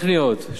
שעובדים עליהן,